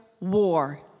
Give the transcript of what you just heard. war